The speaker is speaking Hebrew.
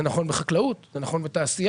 זה נכון בחקלאות, זה נכון בתעשייה.